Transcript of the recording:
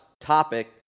topic